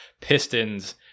Pistons